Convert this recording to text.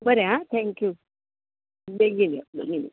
बरें आं थँक्यू बेगीन यो बेगीन यो